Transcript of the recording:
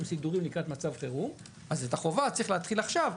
סידורים לקראת מצב חירום אז את החובה צריך להתחיל עכשיו,